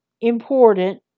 important